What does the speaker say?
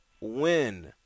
win –